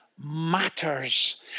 matters